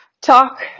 talk